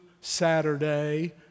Saturday